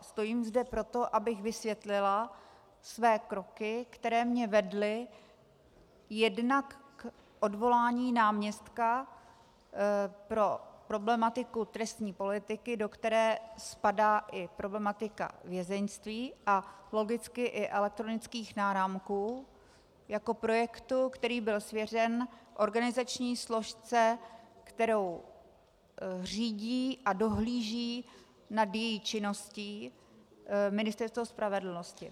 Stojím zde proto, abych vysvětlila své kroky, které mě vedly jednak k odvolání náměstka pro problematiku trestní politiky, do které spadá i problematika vězeňství a logicky i elektronických náramků jako projektu, který byl svěřen organizační složce, kterou řídí a dohlíží nad její činností Ministerstvo spravedlnosti.